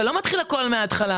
אתה לא מתחיל הכול מהתחלה.